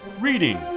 Reading